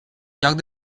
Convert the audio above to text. lloc